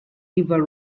river